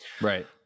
Right